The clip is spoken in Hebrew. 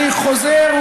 תודה שאתה מרשה.